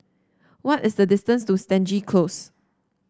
what is the distance to Stangee Close